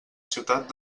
ciutat